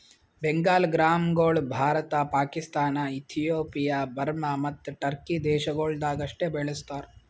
ಬೆಂಗಾಲ್ ಗ್ರಾಂಗೊಳ್ Bharat, Pakistan, Ethiopia, Burma ಮತ್ತ Turkey ದೇಶಗೊಳ್ದಾಗ್ ಅಷ್ಟೆ ಬೆಳುಸ್ತಾರ್